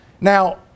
Now